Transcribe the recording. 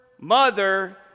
mother